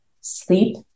sleep